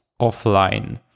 offline